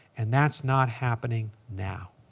and that's not happening now.